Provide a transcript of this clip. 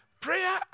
Prayer